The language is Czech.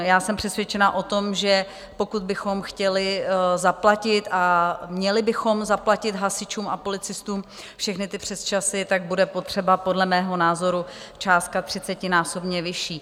Já jsem přesvědčena o tom, že pokud bychom chtěli zaplatit a měli bychom zaplatit hasičům a policistům všechny ty přesčasy, tak bude potřeba podle mého názoru částka třicetinásobně vyšší.